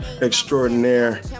Extraordinaire